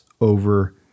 over